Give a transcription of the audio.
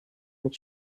mit